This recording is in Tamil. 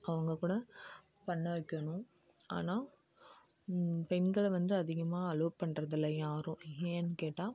அவங்கக்கூட பண்ண வைக்கணும் ஆனால் பெண்களை வந்து அதிகமாக அலோவ் பண்ணுறதில்ல யாரும் ஏன்னு கேட்டால்